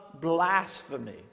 blasphemy